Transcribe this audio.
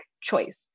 choice